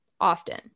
often